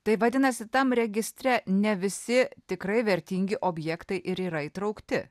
tai vadinasi tam registre ne visi tikrai vertingi objektai ir yra įtraukti